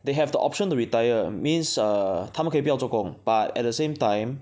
they have the option to retire means err 他们可以不要做工 but at the same time